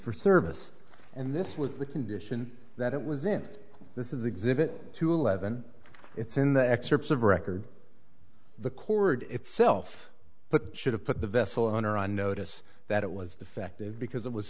for service and this was the condition that it was in this is exhibit two eleven it's in the excerpts of record the chord itself but should've put the vessel owner on notice that it was defective because it was